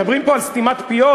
מדברים פה על סתימת פיות,